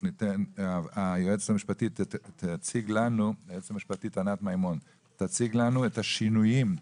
היועצת המשפטית ענת מימון תציג לנו את השינויים,